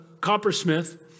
coppersmith